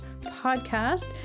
podcast